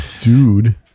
Dude